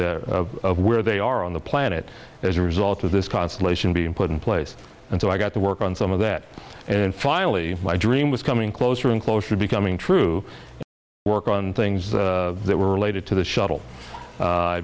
location of the where they are on the planet as a result of this constellation being put in place and so i got to work on some of that and finally my dream was coming closer and closer to becoming true work on things that were related to the shuttle